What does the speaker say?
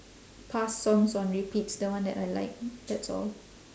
past songs on repeats the one that I like that's all